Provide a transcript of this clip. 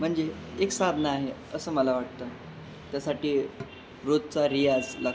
म्हणजे एक साधना आहे असं मला वाटतं त्यासाठी रोजचा रियाज लागतो